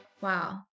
Wow